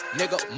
nigga